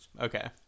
Okay